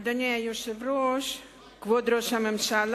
אדוני היושב-ראש, כבוד ראש הממשלה,